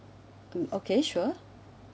okay sure